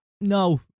No